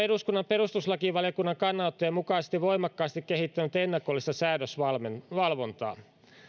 eduskunnan perustuslakivaliokunnan kannanottojen mukaisesti voimakkaasti kehittänyt ennakollista säädösvalvontaa